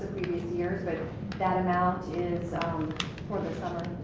years but that amount is um for the summer